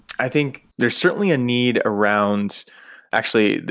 i think there's certainly a need around actually,